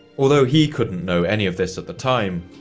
although he couldn't know any of this at the time,